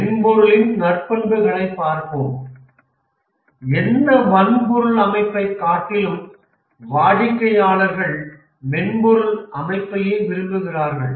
மென்பொருளின் நற்பண்புகளைப் பார்ப்போம் எந்த வன்பொருள் அமைப்பைக் காட்டிலும் வாடிக்கையாளர்கள் மென்பொருள் அமைப்பையே விரும்புகிறார்கள்